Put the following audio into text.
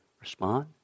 respond